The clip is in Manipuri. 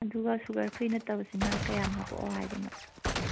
ꯑꯗꯨꯒ ꯁꯨꯒꯔ ꯐ꯭ꯔꯤ ꯅꯠꯇꯕꯁꯤꯅ ꯀꯌꯥꯝ ꯍꯥꯞꯄꯛꯑꯣ ꯍꯥꯏꯗꯣꯏꯅꯣ